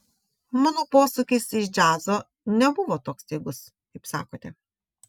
mano posūkis iš džiazo nebuvo toks staigus kaip sakote